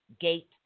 Gate